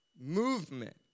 Movement